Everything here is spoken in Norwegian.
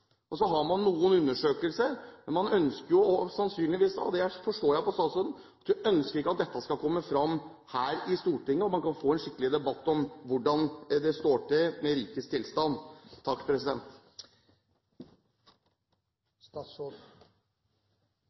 veisiden. Så har man noen undersøkelser, men man ønsker sannsynligvis ikke – det forstår jeg på statsråden – at dette skal komme fram her i Stortinget, hvor man kan få en skikkelig debatt om hvordan det står til i riket. Eg har trøbbel med